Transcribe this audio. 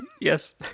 Yes